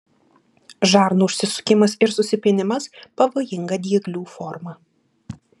žarnų užsisukimas ir susipynimas pavojinga dieglių forma